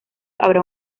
habrá